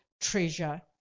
treasure